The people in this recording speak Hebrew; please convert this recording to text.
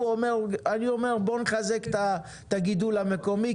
אומר "..אני אומר בואו נחזק את הגידול המקומי,